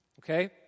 Okay